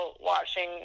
watching